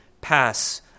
pass